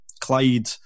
Clyde